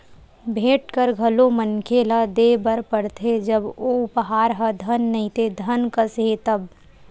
भेंट कर घलो मनखे ल देय बर परथे जब ओ उपहार ह धन नइते धन कस हे तब